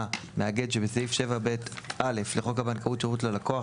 "מאגד" שבסעיף 7ב(א) לחוק הבנקאות (שירות ללקוח),